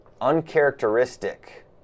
uncharacteristic